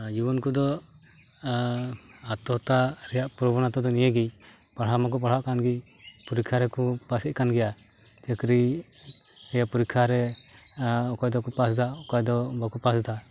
ᱡᱩᱣᱟᱹᱱ ᱠᱚᱫᱚ ᱟᱛᱛᱚᱦᱚᱛᱛᱟ ᱨᱮᱭᱟᱜ ᱯᱨᱚᱵᱚᱱᱚᱛᱟᱫᱚ ᱱᱤᱭᱟᱹᱜᱮ ᱯᱟᱲᱦᱟᱣ ᱢᱟᱠᱚ ᱯᱟᱲᱦᱟᱜᱠᱟᱱ ᱜᱮ ᱯᱚᱨᱤᱠᱠᱷᱟ ᱨᱮᱠᱚ ᱯᱟᱥᱮᱫᱠᱟᱱ ᱜᱮᱭᱟ ᱪᱟᱹᱠᱨᱤ ᱨᱮ ᱯᱚᱨᱤᱠᱠᱷᱟᱨᱮ ᱚᱠᱚᱭᱫᱚ ᱠᱚ ᱯᱟᱥᱫᱟ ᱚᱠᱚᱭᱫᱚ ᱵᱟᱠᱚ ᱯᱟᱥᱮᱫᱟ